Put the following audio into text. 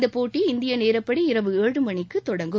இந்தப் போட்டி இந்திய நேரப்படி இரவு ஏழு மணிக்குத் தொடங்கும்